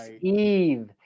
Eve